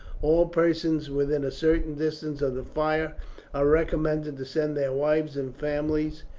all persons within a certain distance of the fire are recommended to send their wives and families,